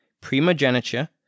Primogeniture